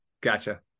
gotcha